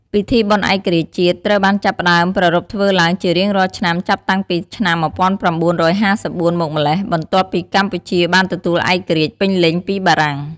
ពិធីបុណ្យឯករាជ្យជាតិត្រូវបានចាប់ផ្ដើមប្រារព្ធធ្វើឡើងជារៀងរាល់ឆ្នាំចាប់តាំងពីឆ្នាំ ១៩៥៤ មកម្ល៉េះ បន្ទាប់ពីកម្ពុជាបានទទួលឯករាជ្យពេញលេញពីបារាំង។